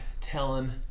telling